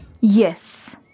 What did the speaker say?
Yes